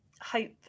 hope